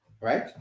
right